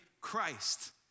Christ